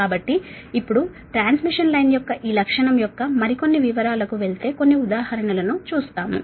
కాబట్టి ఇప్పుడు transmission line యొక్క ఈ లక్షణం యొక్క మరికొన్ని వివరాలకు వెళ్తే కొన్ని ఉదాహరణలను చూస్తాము